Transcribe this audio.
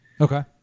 Okay